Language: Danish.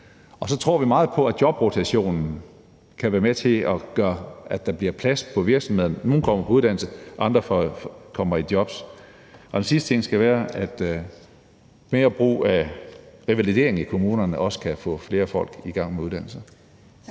og så tror vi meget på, at jobrotationen kan være med til at gøre, at der bliver plads på virksomhederne. Nogle kommer på uddannelse, og andre kommer i job. Den sidste ting skal være, at mere brug af revalidering i kommunerne også kan få flere folk i gang med uddannelse.